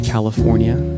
California